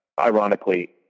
ironically